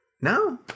no